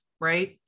right